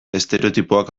estereotipoak